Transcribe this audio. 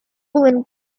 woolen